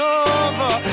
over